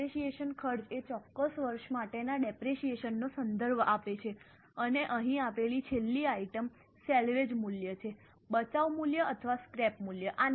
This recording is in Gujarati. ડેપરેશીયેશન ખર્ચ એ ચોક્કસ વર્ષ માટેના ડેપરેશીયેશન નો સંદર્ભ આપે છે અને અહીં આપેલી છેલ્લી આઇટમ સેલ્વેજ મૂલ્ય છે બચાવ મૂલ્ય અથવા સ્ક્રેપ મૂલ્ય